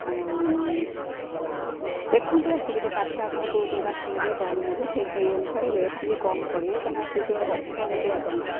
ଆଉ ଦେଖନ୍ତୁ ଆସିକିରି କାଠ ଆପଣ କେଉଁ କେଉଁ କାଠ ନେବେ କ'ଣ ନେବେ ସେ ସେଇ ଅନୁସାରେ ରେଟ୍ ଟିକେ କମ୍ ପଡ଼ିବ କାହିଁକିନା ଯଦି ଅଧିକା ନେବେ ଆପଣ